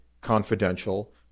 confidential